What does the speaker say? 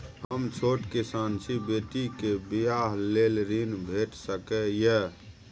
हम छोट किसान छी, बेटी के बियाह लेल ऋण भेट सकै ये?